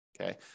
okay